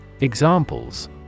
Examples